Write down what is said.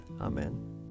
Amen